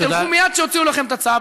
תלכו מייד כשיוציאו לכם את הצו,